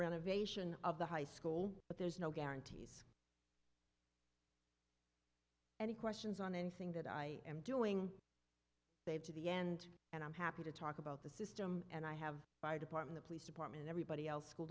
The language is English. renovation of the high school but there's no guarantees any questions on anything that i am doing they have to the end and i'm happy to talk about the system and i have fire department police department everybody else school